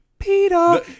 Peter